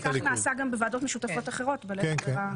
כך נעשה בוועדות משותפות אחרות בלית ברירה.